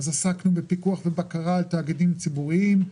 עסקנו בפיקוח ובקרה על תאגידים ציבוריים,